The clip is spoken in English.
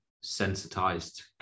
sensitized